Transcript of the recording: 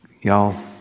Y'all